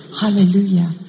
Hallelujah